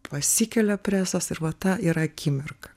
pasikelia presas ir va ta yra akimirka